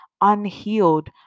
unhealed